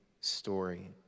story